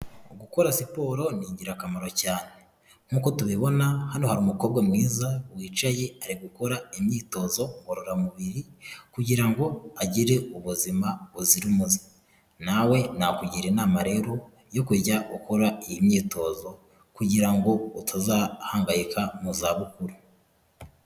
Gukora siporo ni ingirakamaro cyane nkuko tubibona hano hari umukobwa mwiza wicaye ari gukora imyitozo ngororamubiri kugira ngo agire ubuzima buzira umuze nawe nakugira inama rero yo kujya ukora iyi myitozo kugira ngo utazahangayika mu zabukuru.